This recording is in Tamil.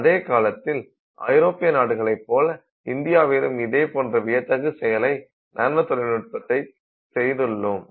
அதே காலத்தில் ஐரோப்பிய நாடுகளை போல இந்தியாவிலும் இதுபோன்ற வியக்கத்தகு செயலை நானோ தொழில்நுட்பத்தில் செய்துள்ளோம்